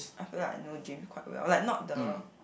I feel like I know James quite well like not the